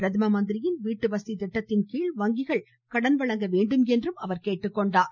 பிரதம மந்திரியின் வீட்டுவசதி திட்டத்தின்கீழ் வங்கிகள் கடன் வழங்க வேண்டும் என்றும் அவர் கேட்டுக்கொண்டார்